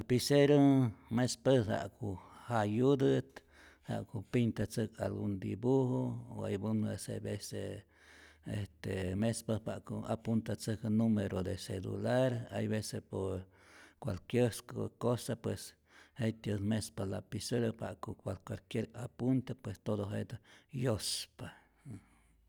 Lapicero mespatät ja'ku jayutät, ja'ku pintatzäj algun dibujo, o algun hay vece vece este mespatät para que apuntatzäjku numero de celular, hay vece por cualquier co cosa pues jet'tyät mespa lapiceru, pa ja'ku por cualquier apunte pues todo jetä yojspa.